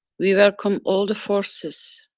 we welcome all the forces,